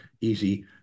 easy